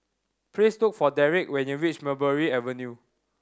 please look for Deric when you reach Mulberry Avenue